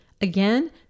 Again